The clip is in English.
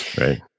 Right